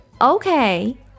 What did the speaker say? Okay